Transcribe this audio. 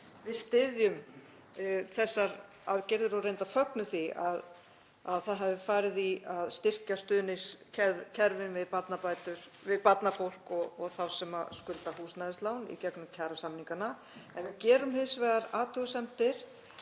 styðjum þessar aðgerðir og reyndar fögnum því að það hafi verið farið í að styrkja stuðningskerfin við barnafólk og þá sem skulda húsnæðislán í gegnum kjarasamningana. Við gerum hins vegar athugasemdir